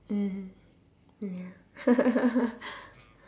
mmhmm ya